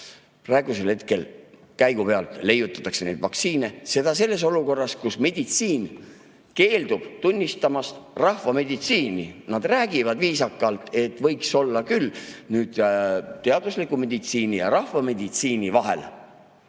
leiutatakse käigu pealt vaktsiine, seda olukorras, kus meditsiin keeldub tunnistamast rahvameditsiini. Nad räägivad viisakalt, et võiks olla küll nüüd teadusliku meditsiini ja rahvameditsiini vahel